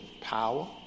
power